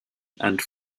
and